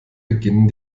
beginnen